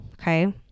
okay